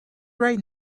right